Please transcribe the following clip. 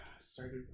Started